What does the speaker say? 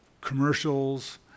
commercials